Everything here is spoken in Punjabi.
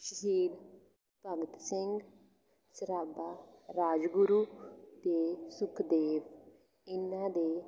ਸ਼ਹੀਦ ਭਗਤ ਸਿੰਘ ਸਰਾਭਾ ਰਾਜਗੁਰੂ ਅਤੇ ਸੁਖਦੇਵ ਇਹਨਾਂ ਦੇ